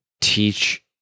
teach